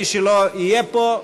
מי שלא יהיה פה,